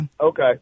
Okay